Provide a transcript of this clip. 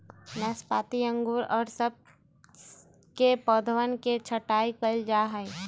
नाशपाती अंगूर और सब के पौधवन के छटाई कइल जाहई